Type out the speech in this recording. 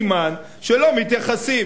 סימן שלא מתייחסים,